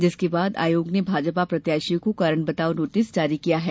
जिसके बाद आयोग ने भाजपा प्रत्याशी को कारण बताओं नोटिस जारी किया है